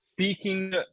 speaking